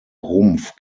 rumpf